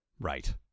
Right